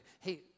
hey